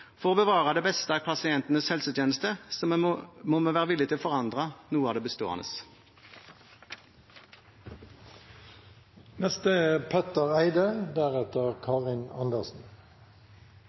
For å bevare det beste i pasientenes helsetjeneste må vi være villige til å forandre noe av det bestående. Jeg er